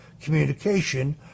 communication